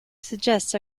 suggests